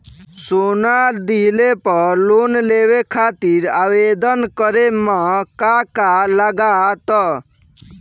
सोना दिहले पर लोन लेवे खातिर आवेदन करे म का का लगा तऽ?